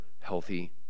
healthy